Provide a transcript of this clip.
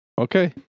Okay